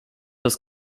das